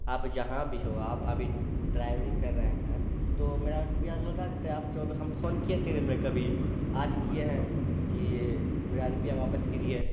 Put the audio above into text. آپ جہاں بھی ہو آپ ابھی ڈرائیوری کر رہے ہیں تو میرا روپیہ لوٹا دیتے آپ ہم پھون کیے اتنے دن میں کبھی آج کیے ہیں کہ میرا روپیہ واپس کیجیے